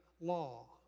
law